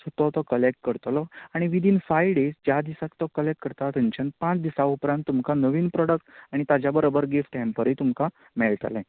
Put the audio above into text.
so तो तो collect करतलो आनी विदिन फायव डेज ज्या दिसांक तो कलेक्ट करतां थंयच्यान पांच दिसां उपरांत तुमकां नवीन प्रोडक्ट आनी ताज्या बरोबर गिफ्ट हँपरय तुमकां मेळटलें